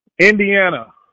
Indiana